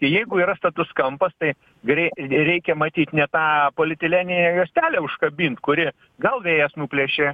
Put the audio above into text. jeigu yra status kampas tai grei reikia matyt ne tą polietileninę juostelę užkabint kuri gal vėjas nuplėšė